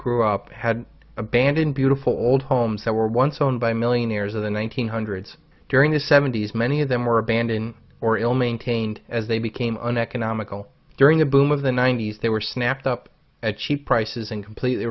grew up had abandoned beautiful old homes that were once owned by millionaires of the one nine hundred during the seventy's many of them were abandon or ill maintained as they became uneconomical during the boom of the nineties they were snapped up at cheap prices and completely